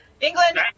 England